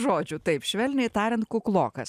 žodžių taip švelniai tariant kuklokas